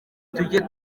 tujye